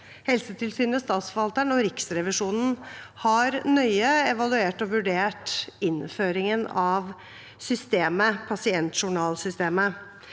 Helsetilsynet, statsforvalteren og Riksrevisjonen har nøye evaluert og vurdert innføringen av pasientjournalsystemet.